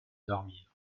dormir